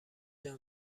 جان